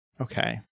Okay